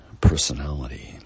personality